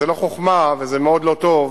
זאת לא חוכמה וזה מאוד לא טוב